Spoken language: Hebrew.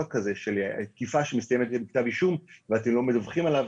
כזה של תקיפה שמסתיימת בכתב אישום ואתם לא מדווחים עליו?